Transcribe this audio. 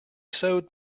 sewed